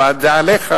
וזה עליך,